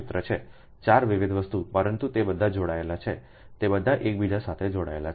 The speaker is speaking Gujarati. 4 વિવિધ વસ્તુ પરંતુ તે બધા જોડાયેલા છે તે બધા એકબીજા સાથે જોડાયેલા છે